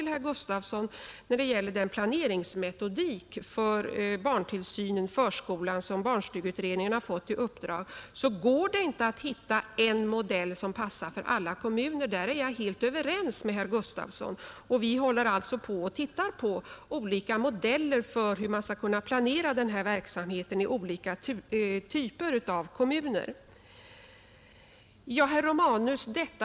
När det gäller planeringsmetodiken för förskolan — som barnstugeutredningen har fått i uppdrag att utreda — går det, som jag sade till herr Gustavsson, inte att hitta en modell som passar alla kommuner. På den punkten är jag helt överens med herr Gustavsson. Vi håller på och studerar olika modeller för hur man skall kunna planera denna verksamhet i olika typer av kommuner.